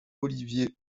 olivier